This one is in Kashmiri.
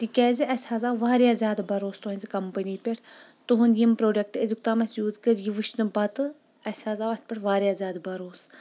تِکیٛازِ اَسہِ حظ آو واریاہ زیادٕ بروسہٕ تُہنٛزِ کمپنی پٮ۪ٹھ تُہنٛدۍ یِم پروڈکٹ أزیُک تام اَسہِ یوٗز کٔرۍ یہِ وٕچھنہٕ پتہٕ اَسہِ حظ آو اَتھ پٮ۪ٹھ واریاہ زیٛادٕ بروسہٕ